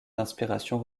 d’inspiration